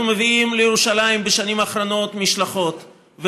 אנחנו מביאים לירושלים בשנים האחרונות משלחות,